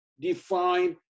define